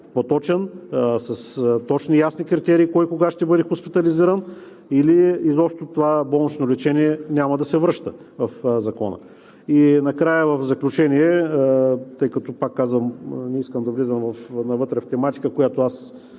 по-точен, с точни и ясни критерии кой кога ще бъде хоспитализиран, или изобщо това болнично лечение няма да се връща в Закона? Накрая, в заключение, тъй като, пак казвам, не искам да влизам навътре в тематиката, в която аз